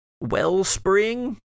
wellspring